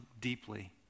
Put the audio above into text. deeply